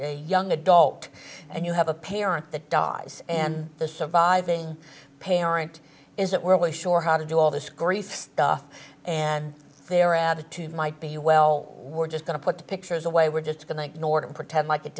young adult and you have a parent that die and the surviving parent is that we're always sure how to do all this grief stuff and their attitude might be well we're just going to put the pictures away we're just going to ignore it and pretend like it